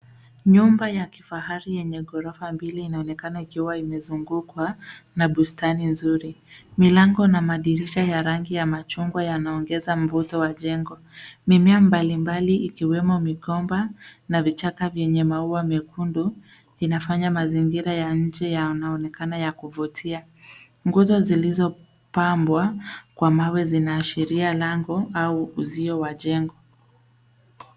Nyumba ya kifahari yenye gorofa mbili inaonekana ikiwa imezungukwa na bustani nzuri. Milango na madirisha ya rangi ya machungwa yanaongeza mvuto wa jengo. Mimea mbalimbali ikiwemo mikoba na vichaka vyenye maua mekundu inafanya mazingira ya nje yanayoonekana ya kuvutia. Nguzo zilizopambwa kwa mawe zinaashiria lango au uzio wa jengo.